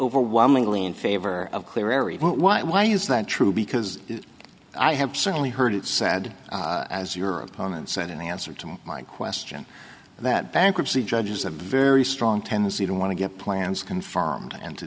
overwhelmingly in favor of clear area why why is that true because i have certainly heard it said as your opponent said in answer to my question that bankruptcy judge is a very strong tendency to want to get plans confirmed and to